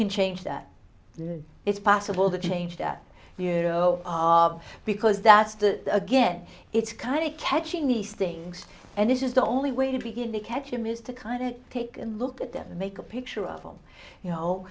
can change that it's possible the change that you know of because that's the again it's kind of catching these things and this is the only way to begin to catch him is to kind of take a look at them make a picture of him you know